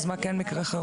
אז מה כן מקרה חירום?